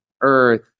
earth